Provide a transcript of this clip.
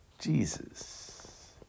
Jesus